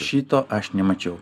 šito aš nemačiau